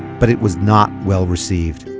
but it was not well received.